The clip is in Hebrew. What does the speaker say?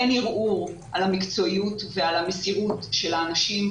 אין ערעור על המקצועיות ועל המסירות של האנשים,